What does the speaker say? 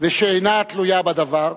ושאינה תלויה בדבר,